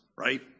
right